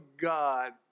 God